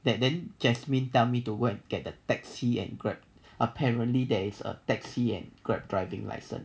that then jasmine tell me to go and get the taxi at grab apparently there is a taxi and grab driving license